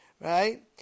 Right